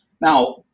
Now